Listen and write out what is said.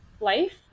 life